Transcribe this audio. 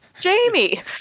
Jamie